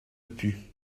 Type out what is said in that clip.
put